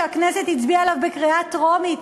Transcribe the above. שהכנסת הצביעה עליו בקריאה טרומית,